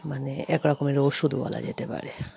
মানে এক রকমের ওষুধ বলা যেতে পারে